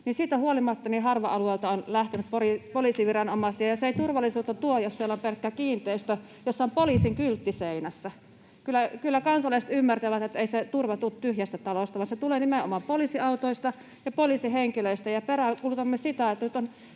on ollut tilanne, että harva-alueilta on lähtenyt poliisiviranomaisia. Se ei tuo turvallisuutta, jos siellä on pelkkä kiinteistö, jossa on poliisin kyltti seinässä. Kyllä kansalaiset ymmärtävät, että ei se turva tule tyhjästä talosta, vaan se tulee nimenomaan poliisiautoista ja poliisihenkilöistä. Peräänkuulutamme sitä, että nyt on